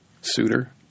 suitor